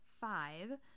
five